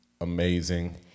amazing